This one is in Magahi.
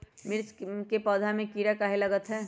मिर्च के पौधा में किरा कहे लगतहै?